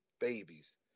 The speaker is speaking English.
babies